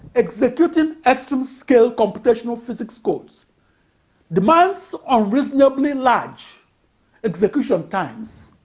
executing extreme-scale computational physics codes demands unreasonably large execution times.